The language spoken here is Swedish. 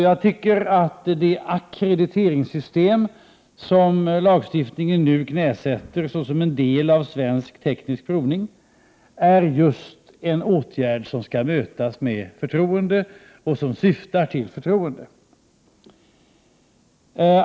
Jag tycker att det ackrediteringssystem som lagstiftningen nu knäsätter som en del av svensk teknisk provning är just en åtgärd som skall mötas med förtroende och som syftar till förtroende.